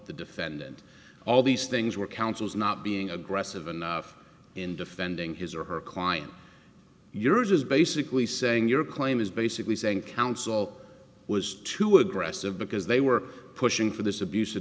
the defendant all these things were counsel's not being aggressive enough in defending his or her client yours is basically saying your claim is basically saying counsel was too aggressive because they were pushing for this abus